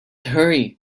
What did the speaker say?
hurry